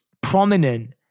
prominent